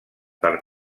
per